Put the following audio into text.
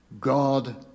God